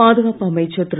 பாதுகாப்பு அமைச்சர் திரு